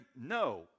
No